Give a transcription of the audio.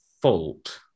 fault